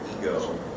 ego